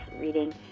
reading